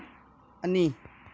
ꯑꯅꯤ